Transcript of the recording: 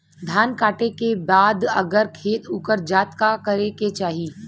धान कांटेके बाद अगर खेत उकर जात का करे के चाही?